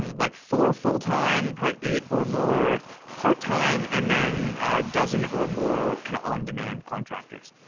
um like four full-time, probably eight or more part-time, and then a dozen or more kind of on demand contractors.